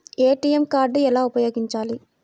ATM card ఎలా ఉపయోగించాలి?